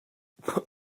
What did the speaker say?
but